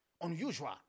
Unusual